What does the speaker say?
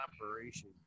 Operation